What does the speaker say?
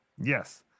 Yes